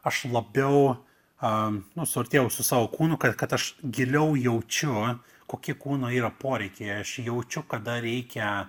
aš labiau a nu suartėjau su savo kūnu kad aš giliau jaučiu kokie kūno yra poreikiai aš jaučiu kada reikia